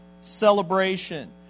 Celebration